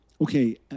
Okay